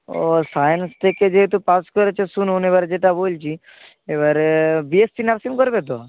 ও science থেকে যেহেতু pass করেছে শুনুন এবারে যেটা বলছি এবারে বিএসসি নার্সিং করবে তো